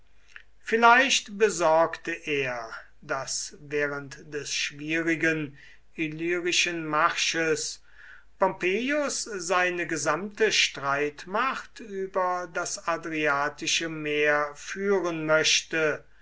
vielleicht besorgte er daß während des schwierigen illyrischen marsches pompeius seine gesamte streitmacht über das adriatische meer führen möchte